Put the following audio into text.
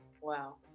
Wow